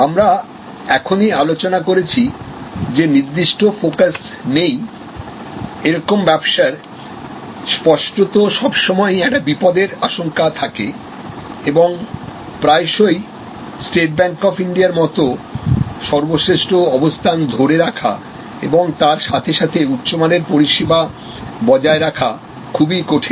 আমরা এখনই আলোচনা করেছি যেনির্দিষ্ট ফোকাস নেই এরকম ব্যবসার স্পষ্টত সবসময়ই একটি বিপদের আশঙ্কা থাকে এবং প্রায়শই স্টেট ব্যাংক অফ ইন্ডিয়ার মতো সর্বশ্রেষ্ঠ অবস্থান ধরে রাখা এবং তার সাথে সাথে উচ্চমানের পরিসীমা বজায় রাখা খুবই কঠিন হয়